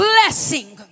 Blessing